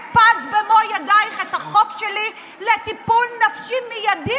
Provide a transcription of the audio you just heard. הפלת במו ידייך את החוק שלי לטיפול נפשי מיידי